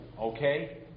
okay